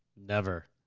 never.